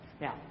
Now